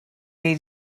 gei